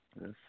Yes